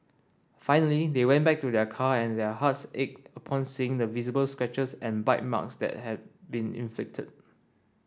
finally they went back to their car and their hearts ached upon seeing the visible scratches and bite marks that had been inflicted